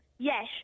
Yes